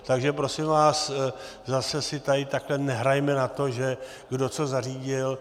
Takže prosím vás, zase si tady takhle nehrajme na to, kdo co zařídil.